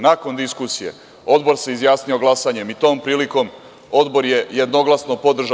Nakon diskusije Odbor se izjasnio glasanjem i tom prilikom Odbor je jednoglasno podržao